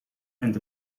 and